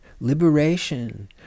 liberation